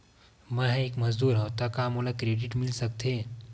मैं ह एक मजदूर हंव त का मोला क्रेडिट मिल सकथे?